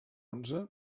onze